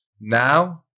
Now